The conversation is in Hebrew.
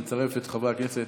נצרף את חברי הכנסת